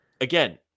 again